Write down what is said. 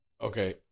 Okay